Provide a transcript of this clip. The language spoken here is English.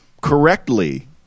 correctly